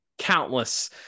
Countless